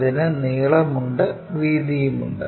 അതിന് നീളമുണ്ട് വീതിയും ഉണ്ട്